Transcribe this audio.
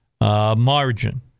margin